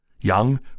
Yang